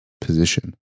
position